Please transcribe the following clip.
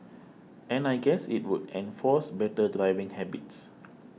and I guess it would enforce better driving habits